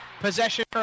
possession